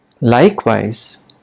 Likewise